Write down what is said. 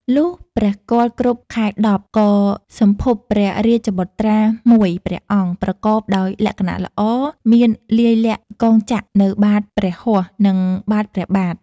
លុះព្រះគភ៌គ្រប់ ខែ ១០ ក៏សម្ភពព្រះរាជបុត្រា ១ ព្រះអង្គ ប្រកបដោយលក្ខណៈល្អ មានលាយលក្ខណ៍កងចក្រនៅបាតព្រះហស្តនិងបាតព្រះបាទ ។